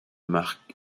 marc